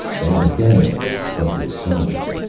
an epidemic of this size.